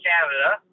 Canada